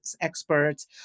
experts